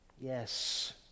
Yes